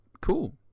Cool